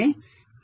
ds होईल